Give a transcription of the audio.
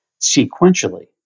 sequentially